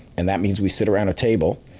and that means we sit around a table,